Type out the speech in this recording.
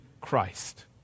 Christ